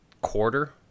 quarter